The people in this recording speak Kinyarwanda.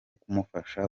kumufasha